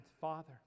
father